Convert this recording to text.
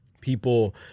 people